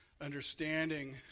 understanding